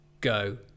go